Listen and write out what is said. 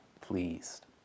pleased